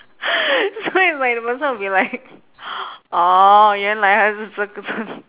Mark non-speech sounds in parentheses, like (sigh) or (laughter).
(laughs) so it's like the person will be like orh 原来他是这个这